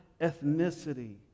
ethnicity